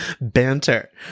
Banter